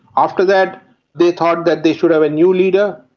after that they thought that they should have a new leader.